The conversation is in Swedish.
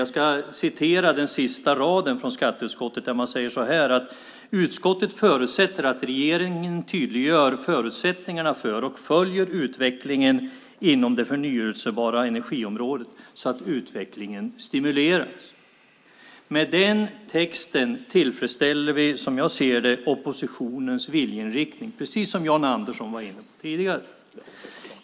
Jag ska citera den sista raden i skatteutskottets yttrande: "Utskottet förutsätter att regeringen tydliggör förutsättningarna för och följer utvecklingen inom det förnybara energiområdet, så att utvecklingen stimuleras." Med den texten tillfredsställer vi, som jag ser det, oppositionens viljeinriktning, precis som Jan Andersson var inne på tidigare.